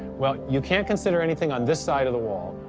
well, you can't consider anything on this side of the wall.